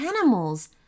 animals